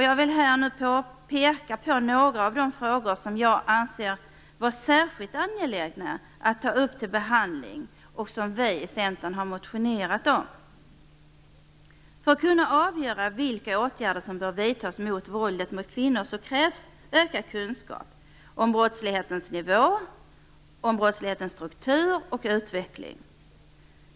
Jag vill här peka på några av de frågor som jag anser vara särskilt angelägna att ta upp till behandling och som vi i Centern har motionerat om. För att kunna avgöra vilka åtgärder som bör vidtas mot våldet mot kvinnor krävs ökad kunskap om brottslighetens nivå, struktur och utveckling.